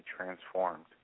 transformed